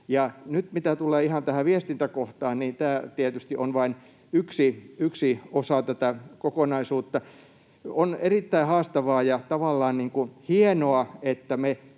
nyt mitä tulee ihan tähän viestintäkohtaan, niin tämä tietysti on vain yksi osa tätä kokonaisuutta. On erittäin haastavaa ja tavallaan hienoa, että me